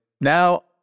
Now